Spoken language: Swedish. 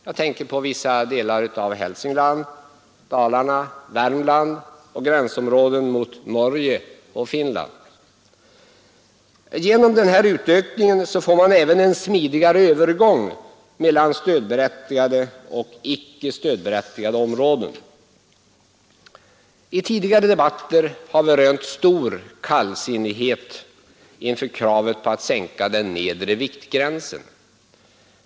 Jag tänker på vissa delar av Hälsingland, Dalarna och Värmland liksom gränsområden mot Norge och Finland. Genom den här utökningen får man även en smidigare övergång mellan stödberättigade och icke stödberättigade områden. I tidigare debatter har vi rönt stor kallsinnighet inför kravet på att sänka den nedre viktgränsen.